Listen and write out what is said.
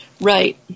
Right